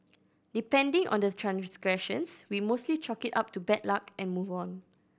depending on the transgressions we mostly chalk it up to bad luck and move on